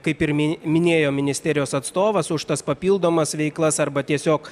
kaip ir mi minėjo ministerijos atstovas už tas papildomas veiklas arba tiesiog